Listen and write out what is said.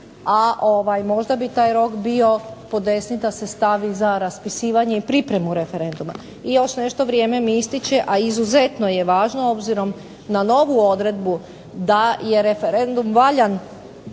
a možda bi taj rok bio podesniji da se stavi za raspisivanje i pripremu referenduma. I još nešto, vrijeme mi ističe, a izuzetno je važno, obzirom na novu odredbu, da je referendum valjan